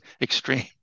extreme